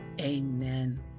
amen